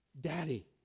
daddy